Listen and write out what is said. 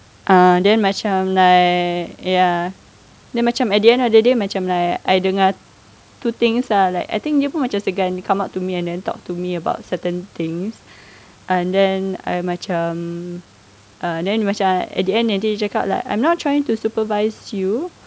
uh then macam like ya then macam at the end of the day macam like I dengar two things ah like I think dia pun macam segan and come up to me and then talk to me about certain things and then I macam uh then macam at the end of the day dia cakap lah like I'm not trying to supervise you